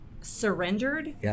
surrendered